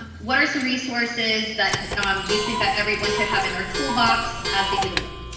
what are some resources that you um you think that everyone should have in their toolbox as they do the work?